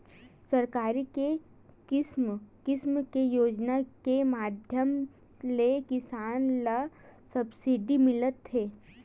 सरकार के किसम किसम के योजना के माधियम ले किसान ल सब्सिडी मिलत हे